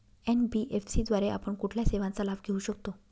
NBFC द्वारे आपण कुठल्या सेवांचा लाभ घेऊ शकतो?